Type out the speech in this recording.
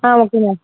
ஆ ஓகேம்மா